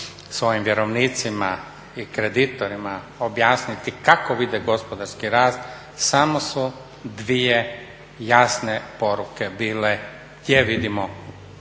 svojim vjerovnicima i kreditorima objasniti kako vide gospodarski rast samo su 2 jasne poruke bile gdje vidimo